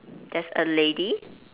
there's a lady